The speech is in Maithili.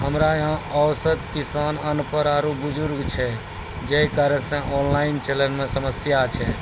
हमरा यहाँ औसत किसान अनपढ़ आरु बुजुर्ग छै जे कारण से ऑनलाइन चलन मे समस्या छै?